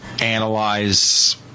analyze